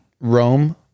rome